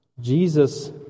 Jesus